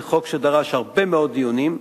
זה חוק שדרש הרבה מאוד דיונים.